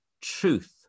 truth